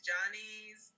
Johnny's